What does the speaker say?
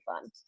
fun